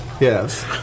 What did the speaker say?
Yes